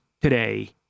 today